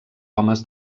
homes